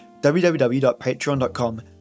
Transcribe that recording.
www.patreon.com